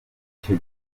icyo